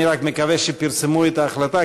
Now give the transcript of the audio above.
אני רק מקווה שפרסמו את ההחלטה,